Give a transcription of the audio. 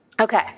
Okay